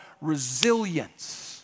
resilience